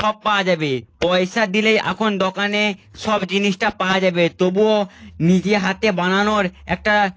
সব পাওয়া যাবে পয়সা দিলেই এখন দোকানে সব জিনিসটা পাওয়া যাবে তবুও নিজে হাতে বানানোর একটা